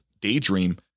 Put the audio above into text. daydream